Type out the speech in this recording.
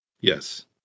Yes